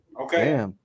Okay